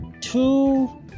two